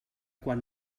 quan